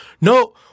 no